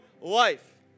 life